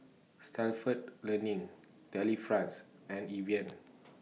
Stalford Learning Delifrance and Evian